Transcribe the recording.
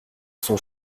sont